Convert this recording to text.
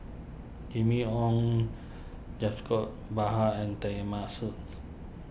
Jimmy Ong and Teng Mah